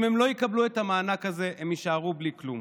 אם הם לא יקבלו את המענק הזה, הם יישארו בלי כלום.